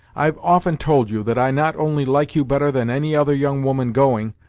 i've often told you that i not only like you better than any other young woman going,